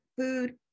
food